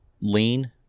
lean